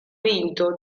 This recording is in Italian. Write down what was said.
vinto